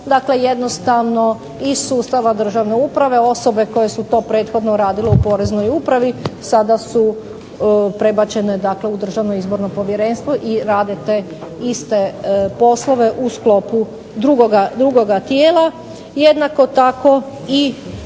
Dakle, jednostavno iz sustava državne uprave osobe koje su to prethodno radile u Poreznoj upravi sada su prebačene u DIP i rade te iste poslove u sklopu drugoga tijela. Jednako tako